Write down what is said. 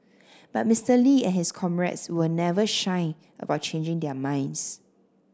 but Mister Lee and his comrades were never shy about changing their minds